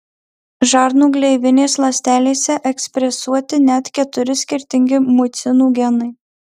žarnų gleivinės ląstelėse ekspresuoti net keturi skirtingi mucinų genai